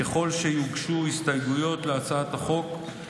ככל שיוגשו הסתייגויות להצעת החוק,